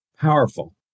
powerful